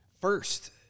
first –